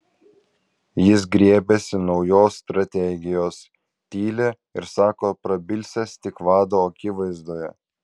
jis griebiasi naujos strategijos tyli ir sako prabilsiąs tik vado akivaizdoje